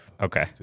Okay